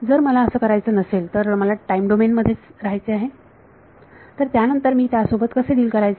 जर मला असं करायचं नसेल तर मला टाईम डोमेन मध्येच राहायचे आहे तर त्यानंतर मी त्यासोबत कसे डिल करायचे